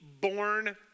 born